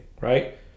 right